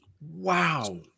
wow